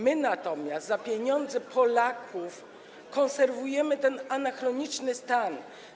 My natomiast za pieniądze Polaków konserwujemy ten anachroniczny stan.